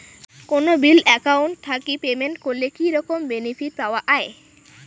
কোনো bill account থাকি payment করলে কি রকম বেনিফিট পাওয়া য়ায়?